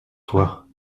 toi